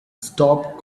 stop